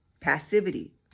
passivity